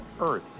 earth